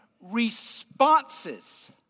responses